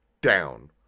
down